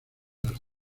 las